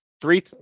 three